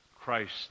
Christ